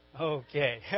Okay